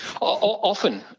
Often